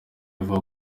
avuga